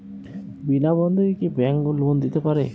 বিনা বন্ধকে কি bank loan দিতে পারে?